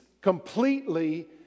completely